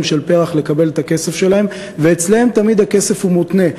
של פר"ח לקבל את הכסף שלהם ואצלם תמיד הכסף מותנה.